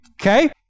okay